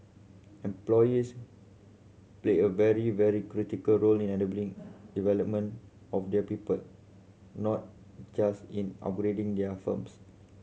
employers play a very very critical role in enabling development of their people not just in upgrading their firms